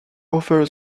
over